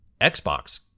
Xbox